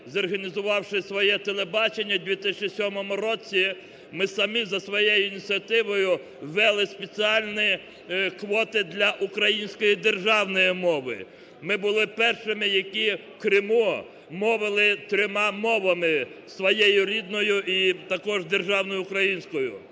зорганізувавши своє телебачення в 2007 році, ми самі за своєю ініціативою ввели спеціальні квоти для української державної мови. Ми були першими, які в Криму мовили трьома мовами, своєю рідною і також державною українською.